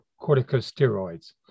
corticosteroids